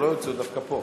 הוא דווקא פה.